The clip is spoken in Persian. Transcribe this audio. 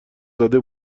زده